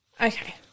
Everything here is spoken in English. Okay